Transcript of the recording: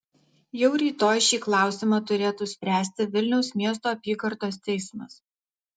jau rytoj šį klausimą turėtų spręsti vilniaus miesto apygardos teismas